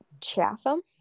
Chatham